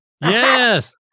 Yes